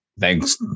Thanks